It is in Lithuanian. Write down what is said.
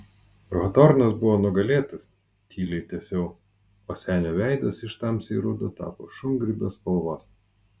hotornas buvo nugalėtas tyliai tęsiau o senio veidas iš tamsiai rudo tapo šungrybio spalvos